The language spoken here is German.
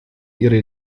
ihre